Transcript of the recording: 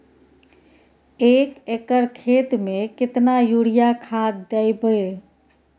एक एकर खेत मे केतना यूरिया खाद दैबे?